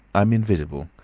i'm invisible.